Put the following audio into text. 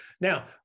Now